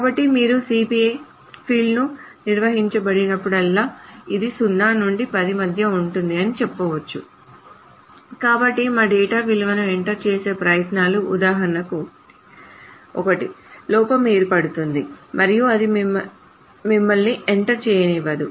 కాబట్టి మీరు సిపిఐ ఫీల్డ్ను నిర్వచించినప్పుడల్లా ఇది 0 నుండి 10 మధ్య ఉంటుంది అని చెప్పవచ్చు కాబట్టి మా డేటా విలువను ఎంటర్ చేసే ప్రయత్నాలు ఉదాహరణకు 1 లోపం ఏర్పడుతుంది మరియు అది మిమ్మల్ని ఎంటర్ చేయనివ్వదు